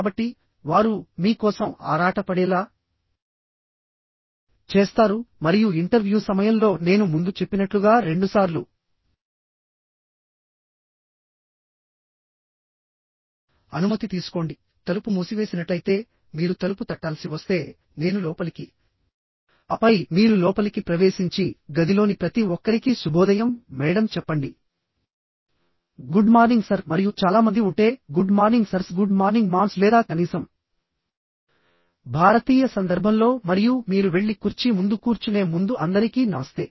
కాబట్టి వారు మీ కోసం ఆరాటపడేలా చేస్తారు మరియు ఇంటర్వ్యూ సమయంలో నేను ముందు చెప్పినట్లుగా రెండుసార్లు అనుమతి తీసుకోండి తలుపు మూసివేసినట్లయితే మీరు తలుపు తట్టాల్సి వస్తే నేను లోపలికి ఆపై మీరు లోపలికి ప్రవేశించి గదిలోని ప్రతి ఒక్కరికీ శుభోదయం మేడమ్ చెప్పండి గుడ్ మార్నింగ్ సర్ మరియు చాలా మంది ఉంటే good morning sirs good morning ma'ams లేదా కనీసం భారతీయ సందర్భంలో మరియు మీరు వెళ్లి కుర్చీ ముందు కూర్చునే ముందు అందరికీ నమస్తే